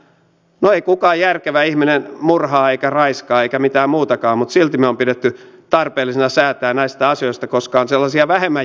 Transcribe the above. no ei kukaan järkevä ihminen murhaa eikä raiskaa eikä mitään muutakaan mutta silti me olemme pitäneet tarpeellisena säätää näistä asioista koska on sellaisia vähemmän järkeviä ihmisiä